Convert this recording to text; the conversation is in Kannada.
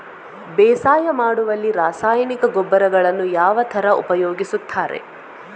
ಬೇಸಾಯ ಮಾಡುವಲ್ಲಿ ರಾಸಾಯನಿಕ ಗೊಬ್ಬರಗಳನ್ನು ಯಾವ ತರ ಉಪಯೋಗಿಸುತ್ತಾರೆ?